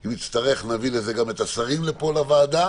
אם נצטרך, נביא גם את השרים לפה לוועדה